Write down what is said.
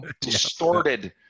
distorted